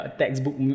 textbook